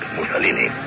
Mussolini